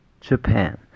Japan